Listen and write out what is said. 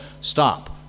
stop